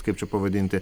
kaip čia pavadinti